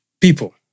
People